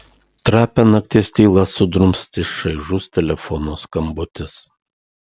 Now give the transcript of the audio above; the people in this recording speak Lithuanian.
trapią nakties tylą sudrumstė šaižus telefono skambutis